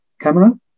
camera